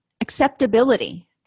Acceptability